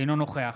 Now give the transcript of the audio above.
אינו נוכח